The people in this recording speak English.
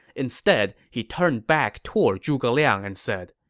instead, he turned back toward zhuge liang and said,